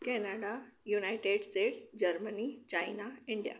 Canada United States Germany China India